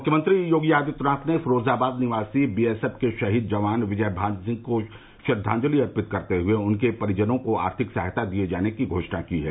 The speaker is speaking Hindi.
मुख्यमंत्री योगी आदित्यनाथ फिरोजाबाद निवासी बी एस एफ के शहीद जवान विजयभान सिंह को श्रद्वाजंति अर्पित करते हुए उनके परिजनों को आर्थिक सहायता दिए जाने की घोषणा की है